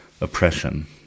oppression